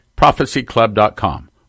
ProphecyClub.com